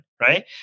right